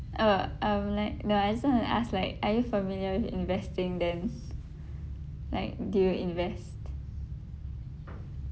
uh um like no I just wanna ask like are you familiar with investing then like do you invest